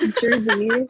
Jersey